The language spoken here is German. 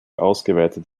ausgeweitet